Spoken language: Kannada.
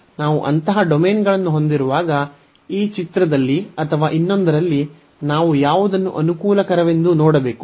ಆದರೆ ನಾವು ಅಂತಹ ಡೊಮೇನ್ಗಳನ್ನು ಹೊಂದಿರುವಾಗ ಈ ಚಿತ್ರದಲ್ಲಿ ಅಥವಾ ಇನ್ನೊಂದರಲ್ಲಿ ನಾವು ಯಾವುದನ್ನು ಅನುಕೂಲಕರವೆಂದು ನೋಡಬೇಕು